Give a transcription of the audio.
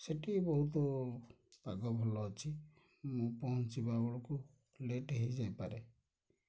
ସେଇଠି ବହୁତୁ ପାଗ ଭଲ ଅଛି ମୁଁ ପହଞ୍ଚିବା ବେଳକୁ ଲେଟ୍ ହୋଇଯାଇପାରେ